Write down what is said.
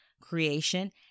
creation